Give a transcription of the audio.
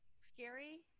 scary